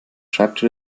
schreibtisch